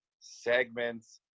segments